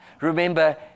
Remember